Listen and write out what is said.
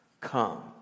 come